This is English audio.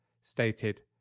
stated